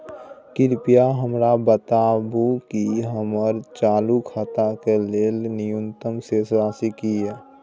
कृपया हमरा बताबू कि हमर चालू खाता के लेल न्यूनतम शेष राशि की हय